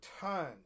tons